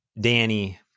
Danny